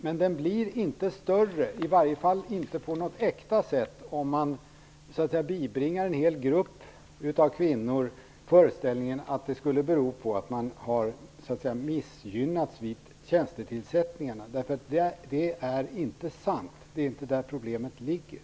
Men den blir inte större, i varje fall inte på något äkta sätt, om man bibringar en hel grupp av kvinnor föreställningen att det skulle bero på att de har missgynnats vid tjänstetillsättningen. Det är inte sant, det är inte där problemet ligger.